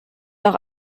doch